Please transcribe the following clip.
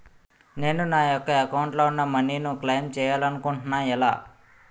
నేను నా యెక్క అకౌంట్ లో ఉన్న మనీ ను క్లైమ్ చేయాలనుకుంటున్నా ఎలా?